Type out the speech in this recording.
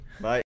bye